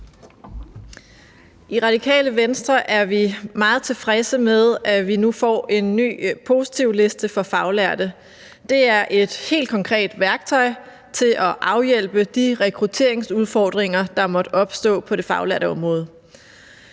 I Radikale Venstre er vi meget tilfredse med, at vi nu får en ny positivliste for faglærte. Det er et helt konkret værktøj til at afhjælpe de rekrutteringsudfordringer, der måtte opstå på det faglærte område.